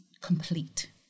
complete